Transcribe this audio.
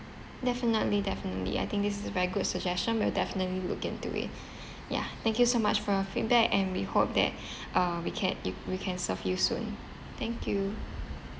definitely definitely I think this is a very good suggestion we'll definitely look into it yeah thank you so much for your feedback and we hope that uh we can i~ we can serve you soon thank you